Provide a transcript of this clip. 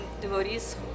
devotees